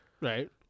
right